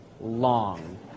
long